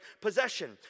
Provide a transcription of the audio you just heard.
possession